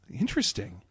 Interesting